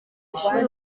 ishuri